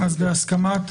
בהסכמת